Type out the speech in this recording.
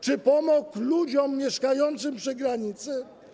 Czy pomógł ludziom mieszkającym przy granicy?